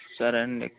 సరే అండి